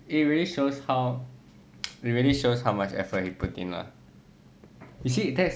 it really shows how it really shows how much effort he put in lah is it that's